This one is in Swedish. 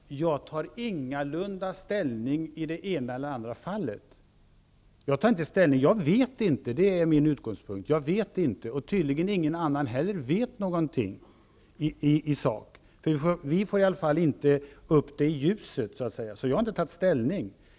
Herr talman! Jag tar ingalunda ställning i det ena eller andra fallet. Min utgångspunkt är att jag inte vet -- och tydligen är det inte heller någon annan som vet någonting i sak. Vi får i alla fall inte upp det i ljuset.